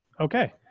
Okay